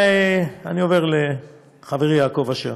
אני עובר לחברי יעקב אשר.